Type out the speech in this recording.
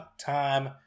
time